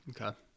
Okay